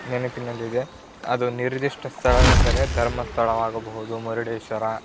ನೆನಪಿನಲ್ಲಿದೆ ಅದು ನಿರ್ದಿಷ್ಟ ಸ್ಥಳವೆಂದರೆ ಧರ್ಮಸ್ಥಳ ಆಗಬಹುದು ಮುರುಡೇಶ್ವರ